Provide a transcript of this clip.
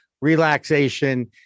relaxation